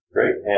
Great